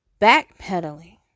Backpedaling